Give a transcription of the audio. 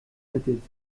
methods